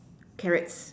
carrots